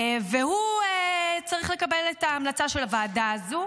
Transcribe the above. והוא צריך לקבל את ההמלצה של הוועדה הזו,